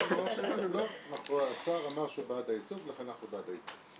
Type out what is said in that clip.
לא --- השר אמר שהוא בעד הייצוא ולכן אנחנו בעד הייצוא.